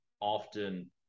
often